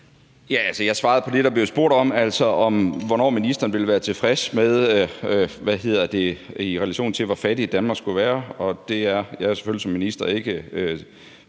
Jeg svarede på det, der blev spurgt om, altså hvornår ministeren vil være tilfreds, i relation til hvor fattigt Danmark skulle være. Det er jeg som minister